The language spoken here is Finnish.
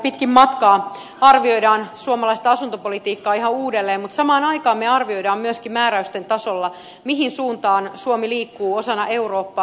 pitkin matkaa arvioidaan suomalaista asuntopolitiikkaa ihan uudelleen mutta samaan aikaan me arvioimme myöskin määräysten tasolla mihin suuntaan suomi liikkuu osana eurooppaa